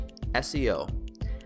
SEO